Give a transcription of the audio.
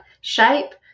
shape